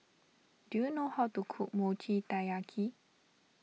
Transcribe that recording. do you know how to cook Mochi Taiyaki